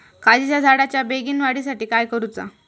काजीच्या झाडाच्या बेगीन वाढी साठी काय करूचा?